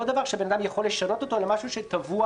לא דבר שבן אדם יכול לשנות אלא משהו שטבוע